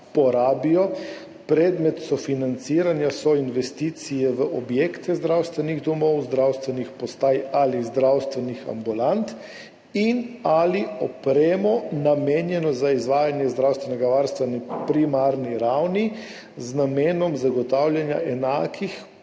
porabijo. Predmet sofinanciranja so investicije v objekte zdravstvenih domov, zdravstvenih postaj ali zdravstvenih ambulant in/ali opremo, namenjeno za izvajanje zdravstvenega varstva na primarni ravni z namenom zagotavljanja enakih